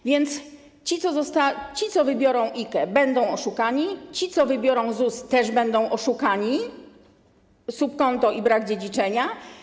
A więc ci, co wybiorą IKE, będą oszukani, ci, co wybiorą ZUS, też będą oszukani - subkonto i brak dziedziczenia.